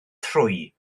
trwy